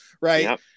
right